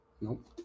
Nope